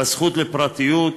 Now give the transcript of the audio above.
בזכות לפרטיות,